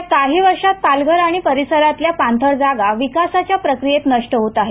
गेल्या काही वर्षात पालघर आणि परिसरातल्या पाणथळ जागा विकासाच्या प्रक्रियेत नष्ट होत आहेत